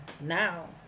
now